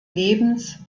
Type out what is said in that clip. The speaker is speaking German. lebens